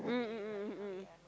mm mm mm mm mm mm